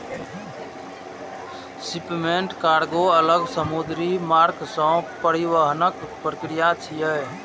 shipment कार्गों अलग समुद्री मार्ग सं परिवहनक प्रक्रिया छियै